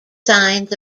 signs